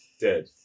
dead